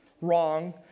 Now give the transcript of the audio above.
wrong